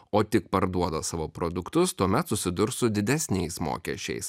o tik parduoda savo produktus tuomet susidurs su didesniais mokesčiais